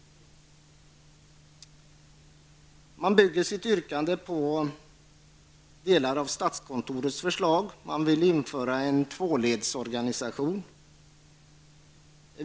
Man bygger sitt yrkande på delar av statskontorets förslag om en tvåledsorganisation.